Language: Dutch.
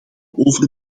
over